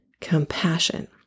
compassion